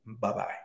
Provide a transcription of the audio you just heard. Bye-bye